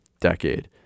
decade